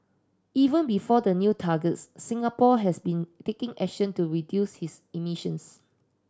even before the new targets Singapore has been taking action to reduce his emissions